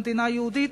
במדינה יהודית.